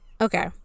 Okay